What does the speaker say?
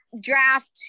draft